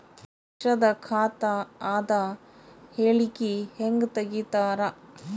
ವರ್ಷದ ಖಾತ ಅದ ಹೇಳಿಕಿ ಹೆಂಗ ತೆಗಿತಾರ?